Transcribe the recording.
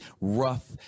rough